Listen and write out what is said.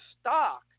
stock